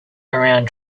around